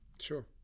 sure